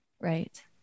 Right